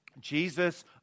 Jesus